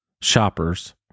shoppers